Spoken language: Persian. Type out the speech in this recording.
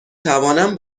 توانم